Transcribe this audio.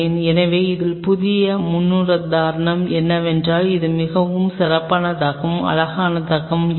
எனவே இதில் புதிய முன்னுதாரணம் என்னவென்றால் இது மிகவும் சிறப்பாகவும் அழகாகவும் இருக்கும்